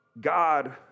God